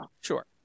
Sure